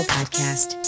Podcast